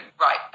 Right